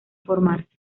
formarse